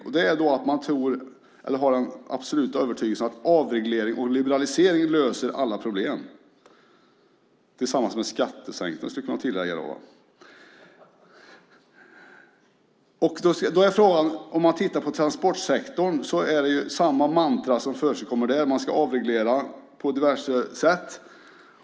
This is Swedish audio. Den tror nämligen, eller har en absolut övertygelse om, att avreglering och liberalisering löser alla problem - tillsammans med skattesänkningar, skulle man kunna tillägga. Om man tittar på transportsektorn ser man att samma mantra förekommer där: Man ska avreglera på diverse sätt.